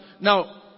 Now